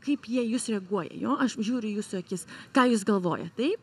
kaip jie į jus reaguoja jo žiūri į jūsų akis ką jis galvoja taip